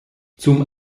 zum